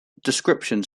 descriptions